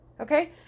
Okay